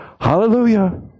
Hallelujah